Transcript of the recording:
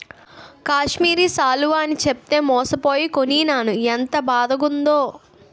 కాశ్మీరి శాలువ అని చెప్పితే మోసపోయి కొనీనాను ఎంత బాదగుందో